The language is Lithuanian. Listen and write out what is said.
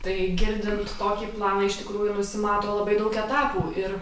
tai girdint tokį planą iš tikrųjų nusimato labai daug etapų ir